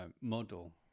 model